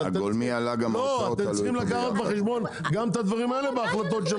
אתם צריכים לקחת בחשבון גם את הדברים האלו בהחלטות שלכם.